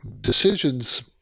decisions